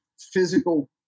physical